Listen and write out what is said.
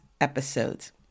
episodes